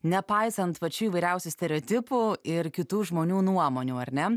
nepaisant pačių įvairiausių stereotipų ir kitų žmonių nuomonių ar ne